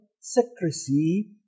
secrecy